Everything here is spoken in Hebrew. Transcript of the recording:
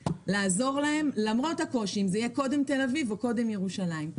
ולעזור להן למרות הקושי אם זה יהיה קודם תל-אביב או קודם ירושלים.